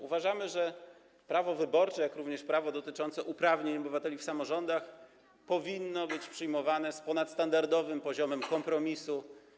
Uważamy, że prawo wyborcze, jak również prawo dotyczące uprawnień obywateli w samorządach powinny być przyjmowane z ponadstandardowym poziomem kompromisu.